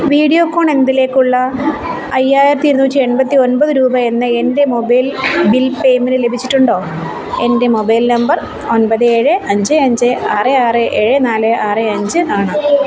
Videocon എന്നതിലേക്കുള്ള അയ്യായിരത്തി ഇരുന്നൂറ്റി എൺപത്തി ഒൻപത് രൂപ എന്ന എൻ്റെ മൊബൈൽ ബിൽ പേയ്മെൻറ്റ് ലഭിച്ചിട്ടുണ്ടോ എൻ്റെ മൊബൈൽ നമ്പർ ഒൻപത് ഏഴ് അഞ്ച് അഞ്ച് ആറ് ആറ് ഏഴ് നാല് ആറ് അഞ്ച് ആണ്